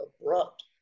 abrupt